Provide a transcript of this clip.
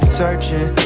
searching